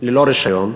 ללא רישיון,